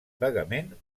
vagament